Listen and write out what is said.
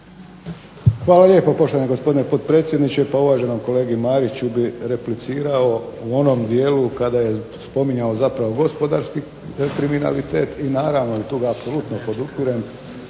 Hvala lijepa poštovani gospodine potpredsjedniče. Pa uvaženom kolegi Mariću bih replicirao u onom dijelu kada je spominjao zapravo gospodarski kriminalitet i naravno tu ga apsolutno podupirem,